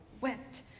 Wet